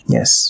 Yes